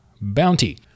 bounty